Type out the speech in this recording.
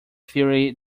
theory